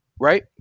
right